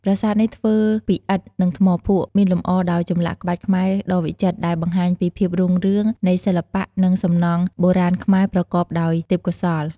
ប្រាសាទនេះធ្វើពីឥដ្ឋ និងថ្មភក់ មានលម្អដោយចម្លាក់ក្បាច់ខ្មែរដ៏វិចិត្រ ដែលបង្ហាញពីភាពរុងរឿងនៃសិល្បៈ និងសំណង់បុរាណខ្មែរប្រកបដោយទេពកោសល្យ។